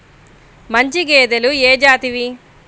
మంచి గేదెలు ఏ జాతివి?